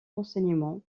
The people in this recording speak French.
enseignement